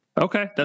Okay